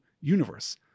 universe